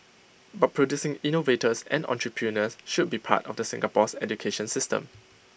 but producing innovators and entrepreneurs should be part of the Singapore's education system